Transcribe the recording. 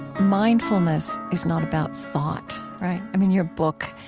mindfulness is not about thought, right? i mean, your book,